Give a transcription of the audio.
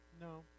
No